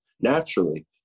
naturally